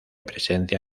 presencia